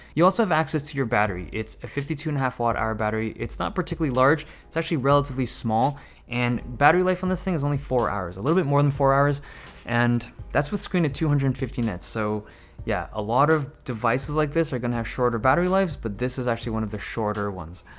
you also have access to your battery it's a fifty two and a half watt hour battery. it's not particularly large it's actually relatively small and battery life on this thing is only four hours a little bit more than four hours and that's with screen at two hundred and fifty nits. so yeah a lot of devices like this are gonna have shorter battery lives, but this is actually one of the shorter ones.